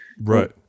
Right